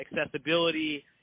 accessibility